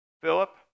Philip